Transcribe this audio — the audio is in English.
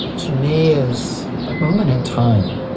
to me, is a moment in time.